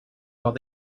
while